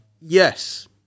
Yes